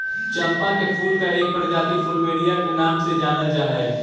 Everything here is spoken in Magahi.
चंपा के फूल की एक प्रजाति प्लूमेरिया नाम से जानल जा हई